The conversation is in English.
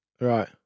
Right